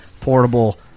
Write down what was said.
portable